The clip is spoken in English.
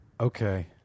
Okay